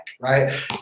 right